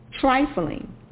trifling